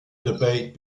debate